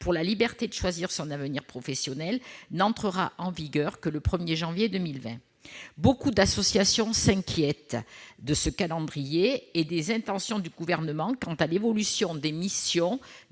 pour la liberté de choisir son avenir professionnel, n'entrera en vigueur que le 1 janvier 2020. De nombreuses associations s'inquiètent de ce calendrier et des intentions du Gouvernement s'agissant de l'évolution des missions